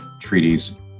treaties